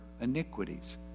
iniquities